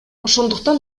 ошондуктан